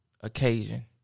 occasion